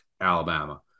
alabama